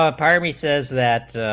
ah party says that